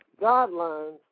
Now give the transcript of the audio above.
guidelines